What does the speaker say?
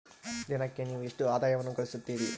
ದಿನಕ್ಕೆ ನೇವು ಎಷ್ಟು ಆದಾಯವನ್ನು ಗಳಿಸುತ್ತೇರಿ?